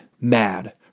mad